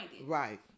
Right